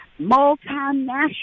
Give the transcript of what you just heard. multinational